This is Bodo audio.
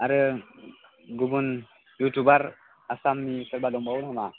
आरो गुबुन इउटुबार आसामनि सोरबा दंबावो नामा